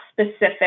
specific